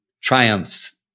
triumphs